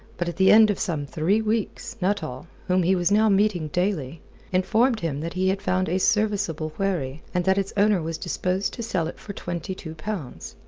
but at the end of some three weeks, nuttall whom he was now meeting daily informed him that he had found a serviceable wherry, and that its owner was disposed to sell it for twenty-two pounds.